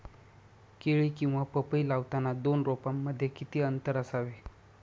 केळी किंवा पपई लावताना दोन रोपांमध्ये किती अंतर असावे?